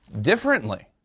differently